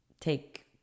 Take